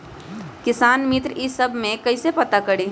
किसान मित्र ई सब मे कईसे पता करी?